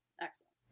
Excellent